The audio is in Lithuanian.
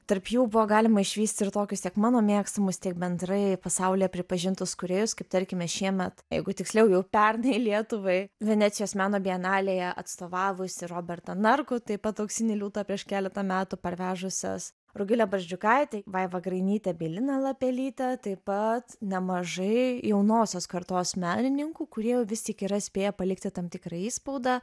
tarp jų buvo galima išvysti ir tokius tiek mano mėgstamus tiek bendrai pasaulyje pripažintus kūrėjus kaip tarkime šiemet jeigu tiksliau jau pernai lietuvai venecijos meno bienalėje atstovavusį robertą narkų taip pat auksinį liūtą prieš keletą metų parvežusios rugilė barzdžiukaitė vaiva grainytė bei lina lapelytė taip pat nemažai jaunosios kartos menininkų kurie jau vis tik yra spėję palikti tam tikrą įspaudą